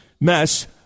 mess